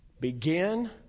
Begin